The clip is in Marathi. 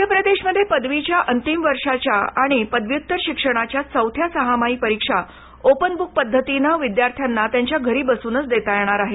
मध्य प्रदेशमध्ये पदवीच्या अंतिम वर्षाच्या आणि पदव्युत्तर शिक्षणाच्या चौथ्या सहामाही परीक्षा ओपन बुक पद्धतीनं विद्यार्थ्यांना त्यांच्या घरी बसूनच देता येणार आहेत